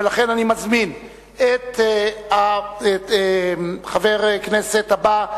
ולכן אני מזמין את חבר הכנסת הבא,